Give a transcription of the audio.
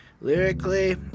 lyrically